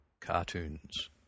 cartoons